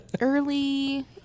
Early